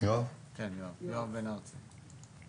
בואו נעבור לטל רוזין.